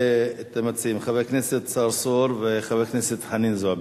יצהר לבין תושבי עסירה-א-קבליה,